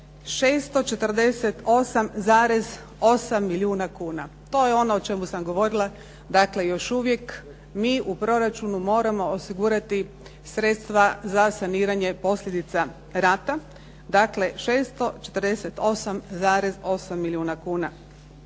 648,8 milijuna kuna. To je ono o čemu sam govorila. Dakle, još uvijek mi u proračunu moramo osigurati sredstva za saniranje posljedica rata. Dakle, 648,8 milijuna kuna.